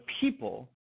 people